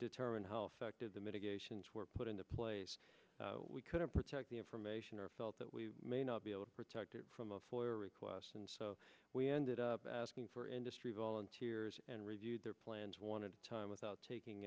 determine how effective the mitigations were put into place we couldn't protect the information or felt that we may not be able to protect it from a foyer request and so we ended up asking for industry volunteers and reviewed their plans one of time without taking